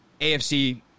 AFC